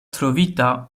trovita